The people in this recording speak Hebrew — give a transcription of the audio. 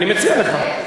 אני מציע לך.